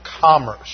commerce